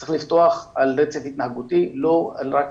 שצריך לפתוח על רצף התנהגותי ולא רק